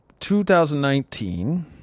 2019